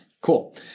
Cool